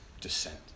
Descent